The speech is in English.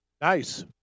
Nice